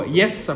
yes